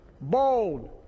bold